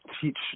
teach